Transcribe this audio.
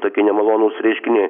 tokie nemalonūs reiškiniai